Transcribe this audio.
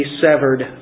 severed